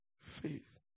faith